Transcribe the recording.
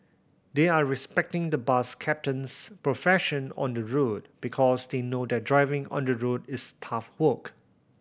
they're respecting the bus captain's profession on the road because they know that driving on the road is tough work